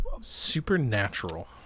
Supernatural